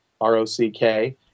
R-O-C-K